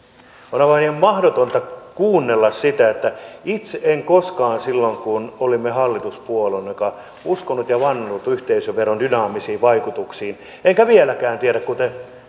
on aivan mahdotonta kuunnella sitä itse en koskaan silloinkaan kun olimme hallituspuolueena uskonut ja vannonut yhteisöveron dynaamisiin vaikutuksiin en vieläkään tiedä kuten